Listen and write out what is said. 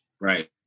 Right